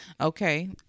Okay